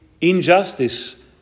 injustice